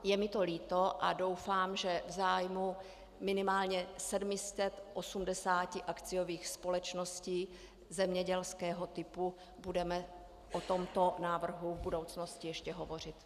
Je mi to líto a doufám, že v zájmu minimálně 780 akciových společností zemědělského typu budeme o tomto návrhu v budoucnosti ještě hovořit.